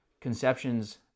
conceptions